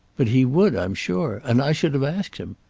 but he would i'm sure and i should have asked him.